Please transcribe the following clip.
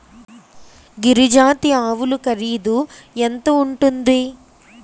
గిరి జాతి ఆవులు ఖరీదు ఎంత ఉంటుంది?